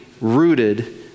rooted